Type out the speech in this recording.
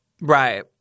Right